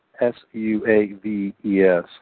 S-U-A-V-E-S